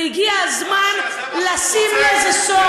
הגיע הזמן לשים לזה סוף.